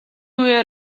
үеэр